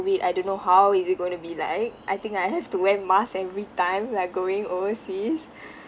COVID I don't know how is it going to be like I think I have to wear mask every time like going overseas